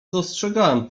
dostrzegałam